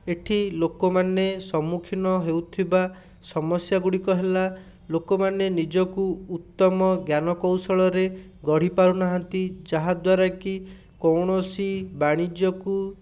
ଏଠି ଲୋକମାନେ ସମ୍ମୁଖୀନ ହେଉଥିବା ସମସ୍ୟାଗୁଡ଼ିକ ହେଲା ଲୋକମାନେ ନିଜକୁ ଉତ୍ତମ ଜ୍ଞାନକୌଶଳରେ ଗଢ଼ିପାରୁନାହାନ୍ତି ଯାହା ଦ୍ଵାରାକି କୌଣସି ବାଣିଜ୍ୟକୁ